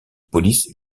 police